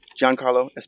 Giancarlo